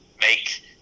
make